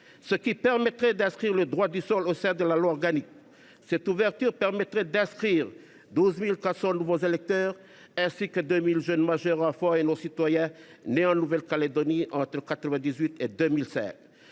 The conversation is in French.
ce qui permettait d’inscrire le droit du sol au sein de notre loi organique. Cette ouverture aboutirait à l’inscription de 12 400 nouveaux électeurs, ainsi que de 2 000 jeunes majeurs, enfants de non citoyens, nés en Nouvelle Calédonie entre 1998 et 2005.